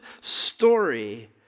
story